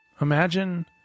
Imagine